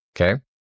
Okay